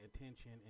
attention